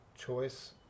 choice